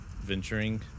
venturing